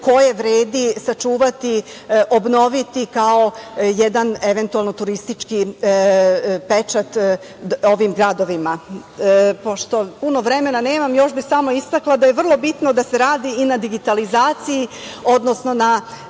koje vredi sačuvati, obnoviti kao jedan eventualno turistički pečat ovim gradovima. Pošto puno vremena nemam, još bih samo istakla da je vrlo bitno da se radi i na digitalizaciji, odnosno na